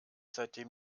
seitdem